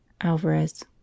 Alvarez